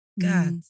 God